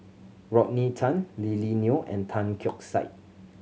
Rodney Tan Lily Neo and Tan Keong Saik